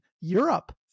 Europe